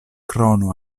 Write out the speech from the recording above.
krono